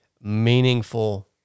meaningful